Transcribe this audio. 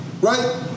right